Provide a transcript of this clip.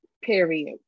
Period